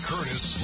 Curtis